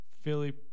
Philly